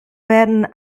werden